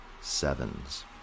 sevens